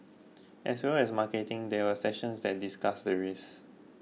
as well as marketing there were sessions that discussed the risk